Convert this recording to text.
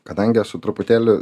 kadangi esu truputėlį